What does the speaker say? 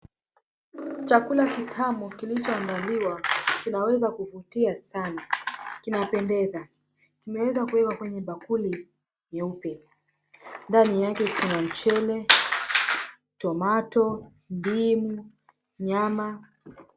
Chakula kitamu kilichoandaliwa kinaweza kuvutia sana, kinapendeza. Kimeweza kuiva kwenye bakuli nyeupe. Ndani yake kuna mchele, tomato ,ndimu, nyama.